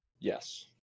Yes